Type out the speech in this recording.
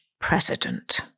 president